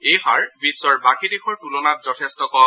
এই হাৰ বিশ্বৰ বাকী দেশৰ তুলনাত যথেষ্ট কম